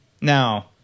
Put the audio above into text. Now